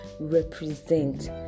represent